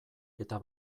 eta